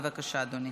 בבקשה, אדוני.